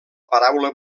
paraula